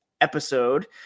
episode